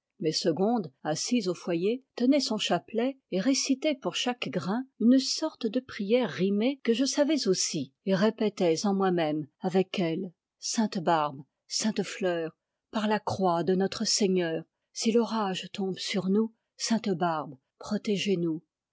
mais segonde assise au foyer tenait son chapelet et récitait pour chaque grain une sorte de prière rimée que je savais aussi et répétais en moi-même avec elle sainte barbe sainte fleur par la croix de notre-seigneur si l'orage tombe sur nous